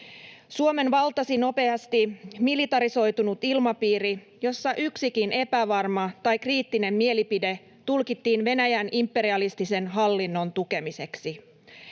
Suomen valtasi nopeasti militarisoitunut ilmapiiri, jossa yksikin epävarma tai kriittinen mielipide tulkittiin Venäjän imperialistisen hallinnon tukemiseksi.